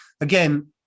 again